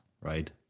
right